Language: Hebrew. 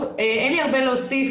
אין לי הרבה מה להוסיף.